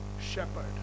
shepherd